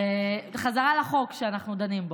בחזרה לחוק שאנחנו דנים בו.